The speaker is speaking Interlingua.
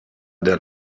del